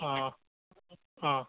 অঁ অঁ